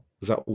za